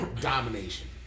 Domination